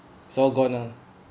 so gone lah